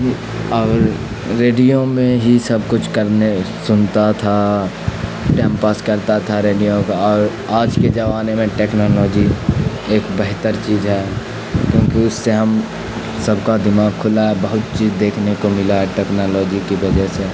اور ریڈیو میں ہی سب کچھ کرنے سنتا تھا ٹائم پاس کرتا تھا ریڈیو کا اور آج کے زمانے میں ٹیکنالوجی ایک بہتر چیز ہے کیونکہ اس سے ہم سب کا دماغ کھلا ہے بہت چیز دیکھنے کو ملا ہے ٹیکنالوجی کی وجہ سے